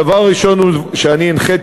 הדבר הראשון הוא שהנחיתי